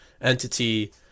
entity